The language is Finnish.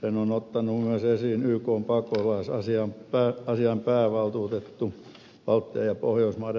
sen on ottanut esiin myös ykn pakolaisasiain päävaltuutettu baltian ja pohjoismaiden aluetoimistosta